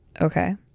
Okay